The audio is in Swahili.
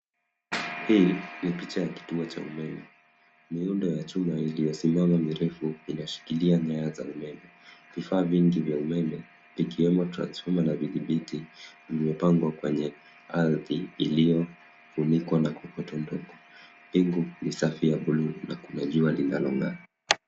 Hii ni picha ya kituo cha umeme. Miundo ya chuma iliyosimama mirefu inashikilia nyaya za umeme. Vifaa vingi vya umeme, vikiwemo transfoma na vidhibiti, vimepangwa kwenye ardhi iliyofunikwa na kokoto ndogo. Bingu ni safi ya bluu na kuna jua linalong'aa.